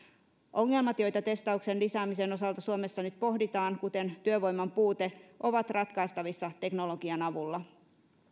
ongelmat joita testauksen lisäämisen osalta suomessa nyt pohditaan kuten työvoiman puute ovat ratkaistavissa teknologian avulla